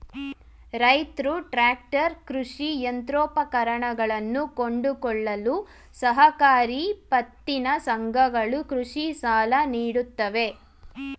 ರೈತ್ರು ಟ್ರ್ಯಾಕ್ಟರ್, ಕೃಷಿ ಯಂತ್ರೋಪಕರಣಗಳನ್ನು ಕೊಂಡುಕೊಳ್ಳಲು ಸಹಕಾರಿ ಪತ್ತಿನ ಸಂಘಗಳು ಕೃಷಿ ಸಾಲ ನೀಡುತ್ತವೆ